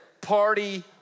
party